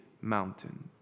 mountain